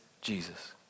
Jesus